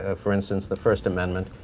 ah for instance, the first amendment.